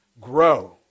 Grow